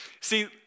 See